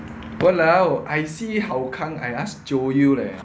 !walao! I see hou kang I ask jio you leh